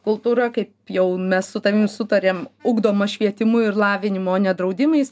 kultūra kaip jau mes su tavimi sutarėm ugdoma švietimu ir lavinimu o ne draudimais